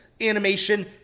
animation